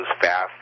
fast